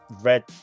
red